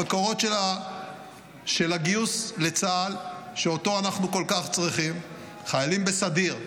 המקורות של הגיוס לצה"ל שאנחנו כל כך צריכים: חיילים בסדיר,